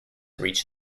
reached